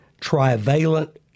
trivalent